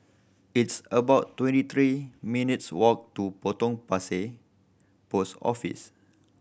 it's about twenty three minutes' walk to Potong Pasir Post Office